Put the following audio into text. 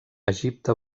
egipte